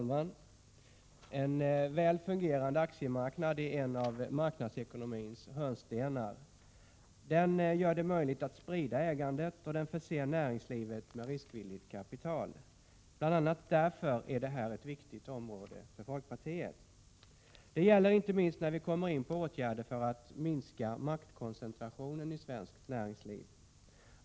Herr talman! En väl fungerande aktiemarknad är en av marknadsekonomins hörnstenar. Den gör det möjligt att sprida ägandet, och den förser näringslivet med riskvilligt kapital. Bl. a. därför är det här ett viktigt område för folkpartiet. Det gäller inte minst när vi kommer in på åtgärder för att minska maktkoncentrationen i svenskt näringsliv.